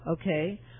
okay